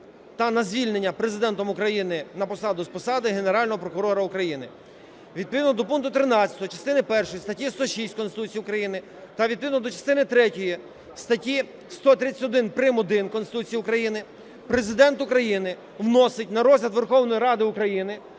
та на звільнення Президентом України на посаду, з посади Генерального прокурора України. Відповідно до пункту 13 частини першої статті 106 Конституції України та відповідно до частини третьої статті 131 прим.1 Конституції України, Президент України вносить на розгляд Верховної Ради України